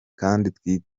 kandi